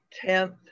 Tenth